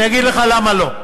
אני אגיד לך למה לא.